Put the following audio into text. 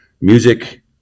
music